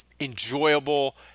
enjoyable